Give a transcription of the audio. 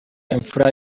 imfura